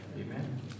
Amen